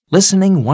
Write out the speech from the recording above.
Listening